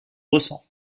ressent